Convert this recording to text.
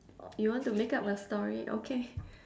you want to make up a story okay